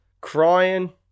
crying